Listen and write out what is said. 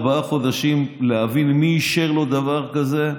ארבעה חודשים להבין מי אישר לו דבר כזה.